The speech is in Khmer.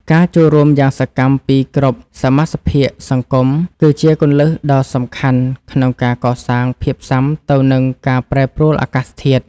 ការចូលរួមយ៉ាងសកម្មពីគ្រប់សមាសភាគសង្គមគឺជាគន្លឹះដ៏សំខាន់ក្នុងការកសាងភាពស៊ាំទៅនឹងការប្រែប្រួលអាកាសធាតុ។